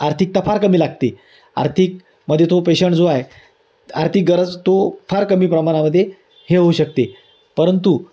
आर्थिकता फार कमी लागते आर्थिकमध्ये तो पेशंट जो आहे आर्थिक गरज तो फार कमी प्रमाणामध्ये हे होऊ शकते परंतु